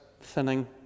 thinning